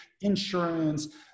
insurance